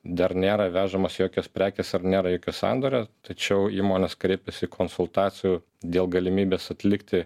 dar nėra vežamos jokios prekės ar nėra jokio sandorio tačiau įmonės kreipiasi konsultacijų dėl galimybės atlikti